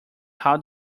how